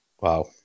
Wow